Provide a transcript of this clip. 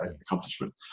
accomplishment